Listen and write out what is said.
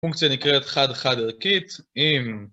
פונקציה נקראת חד-חד ערכית עם